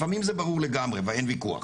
לפעמים זה ברור לגמרי, אין ויכוח,